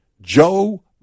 Joe